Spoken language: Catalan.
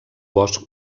bosc